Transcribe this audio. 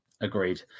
agreed